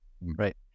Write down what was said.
Right